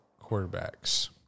quarterbacks